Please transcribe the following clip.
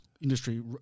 industry